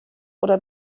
oder